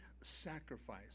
sacrifice